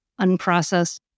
unprocessed